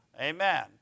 Amen